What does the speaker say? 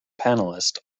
panelist